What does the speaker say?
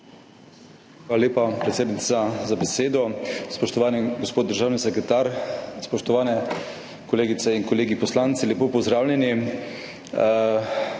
Hvala lepa, predsednica, za besedo. Spoštovani gospod državni sekretar, spoštovane kolegice in kolegi poslanci, lepo pozdravljeni!